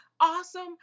awesome